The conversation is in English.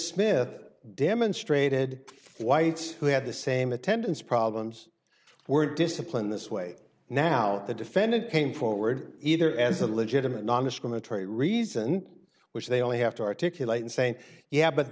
smith demonstrated whites who had the same attendance problems were disciplined this way now the defendant came forward either as a legitimate nondiscriminatory reason which they only have to articulate and say yeah but